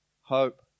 hope